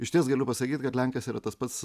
išties galiu pasakyt kad lenkas yra tas pats